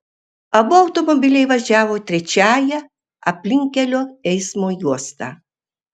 abu automobiliai važiavo trečiąja aplinkkelio eismo juosta